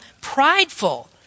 prideful